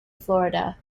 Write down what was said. florida